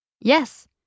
Yes